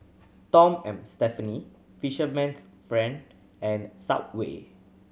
Tom and Stephanie Fisherman's Friend and Subway